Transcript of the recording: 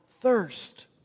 thirst